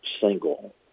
single